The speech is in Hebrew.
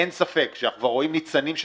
אין ספק שאנחנו כבר רואים ניצנים של